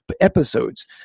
episodes